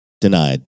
denied